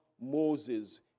Moses